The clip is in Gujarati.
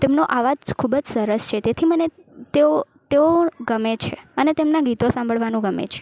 તેમનો અવાજ ખૂબ જ સરસ છે તેથી તેમને તેઓ તેઓ ગમે છે અને તેમના ગીતો સાંભળવાનું ગમે છે